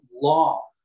law